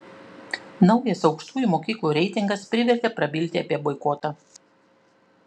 naujas aukštųjų mokyklų reitingas privertė prabilti apie boikotą